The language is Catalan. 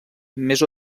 més